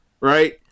right